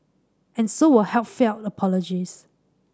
and so were heartfelt apologies